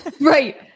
Right